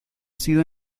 sido